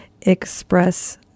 express